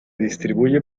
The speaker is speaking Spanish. distribuye